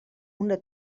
una